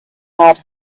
had